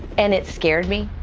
and it scared me.